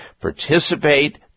participate